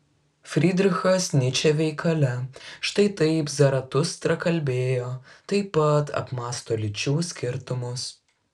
frydrichas nyčė veikale štai taip zaratustra kalbėjo taip pat apmąsto lyčių skirtumus